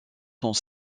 sont